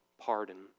pardon